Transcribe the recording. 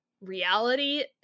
reality